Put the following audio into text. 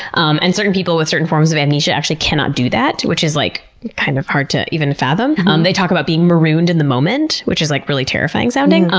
um and certain people with certain forms of amnesia actually cannot do that, which is like kind of hard to even fathom. and they talk about being marooned in the moment, which is like really terrifying sounding.